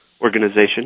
organization